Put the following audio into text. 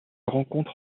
rencontre